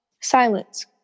Silence